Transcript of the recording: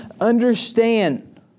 understand